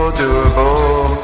doable